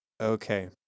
Okay